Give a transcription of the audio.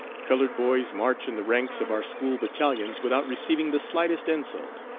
colored boys march in the ranks of our school battalions without receiving the slightest insult.